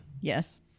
Yes